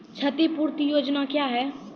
क्षतिपूरती योजना क्या हैं?